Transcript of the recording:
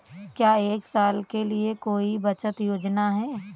क्या एक साल के लिए कोई बचत योजना है?